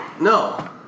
No